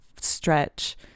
stretch